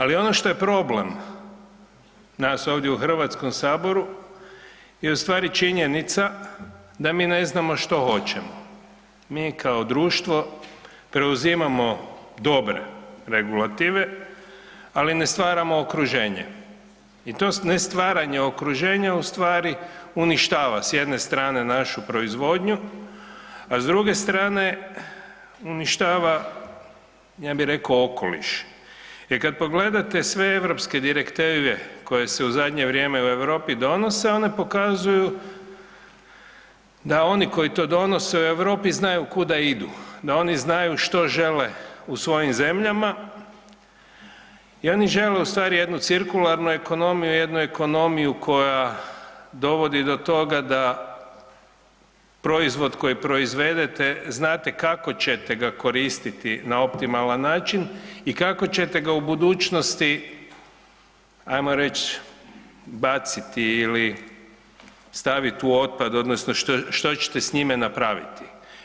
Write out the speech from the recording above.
Ali ono što je problem nas ovdje u Hrvatskom saboru je ustvari činjenica da mi ne znamo što hoćemo, mi kao društvo preuzimamo dobre regulative, ali ne stvaramo okruženje, i to ne stvaranje okruženja ustvari uništava, s jedne strane našu proizvodnju, a s druge strane uništava, ja bih rekao okoliš, jer kad pogledate sve Europske Direktive koje se u zadnje vrijeme u Europi donose, one pokazuju da oni koji to donose u Europi znaju kuda idu, da oni znaju što žele u svojim zemljama i oni žele ustvari jednu cirkularnu ekonomiju, jednu ekonomiju koja dovodi do toga da proizvod koji proizvedete znate kako ćete ga koristiti na optimalan način i kako ćete ga u budućnosti, ajmo reći baciti ili staviti u otpad odnosno što ćete s njime napraviti.